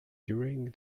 during